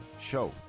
show